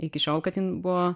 iki šiol kad jin buvo